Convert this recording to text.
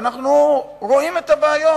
אנחנו רואים את הבעיות,